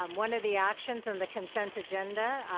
um one of the actions in the consent agenda,